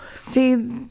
See